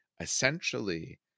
essentially